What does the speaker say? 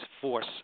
force